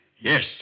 Yes